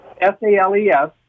S-A-L-E-S